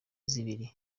zibiri